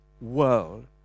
world